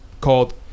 called